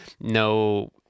no